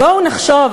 בואו ונחשוב,